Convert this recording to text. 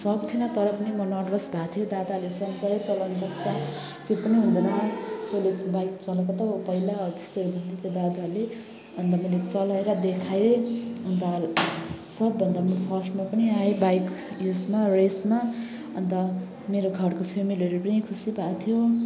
सक्दिनँ तर पनि म नर्भस भएको थियो दादाहरूले चलाउन सक्छ केही पनि हुँदैन तैँले बाइक चलाएको त हो पहिला हो त्यस्तो भन्दै थियो दादाहरूले अन्त मैले चलाएर देखाएँ अन्त सबभन्दा म फर्स्टमा पनि आयो बाइक उयसमा र रेसमा अन्त मेरो घरको फ्यामिलीहरू पनि खुसी भएको थियो